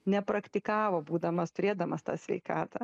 nepraktikavo būdamas turėdamas tą sveikatą